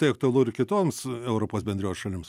tai aktualu ir kitoms europos bendrijos šalims